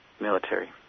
military